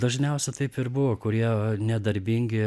dažniausia tarp ir buvo kurie nedarbingi